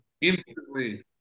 instantly